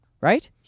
right